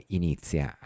inizia